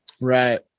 Right